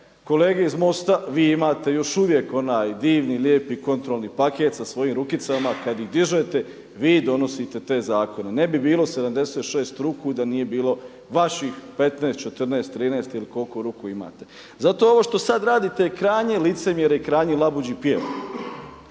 kolege iz MOST-a vi imate još uvijek onaj divni, lijepi kontrolni paket sa svojim rukicama kada ih dižete, vi donosite te zakone. Ne bi bilo 76 ruku da nije bilo vaših 15, 14, 13 ili koliko ruku imate. Zato ovo što sada radite je krajnje licemjerje i krajnji labuđi pjev.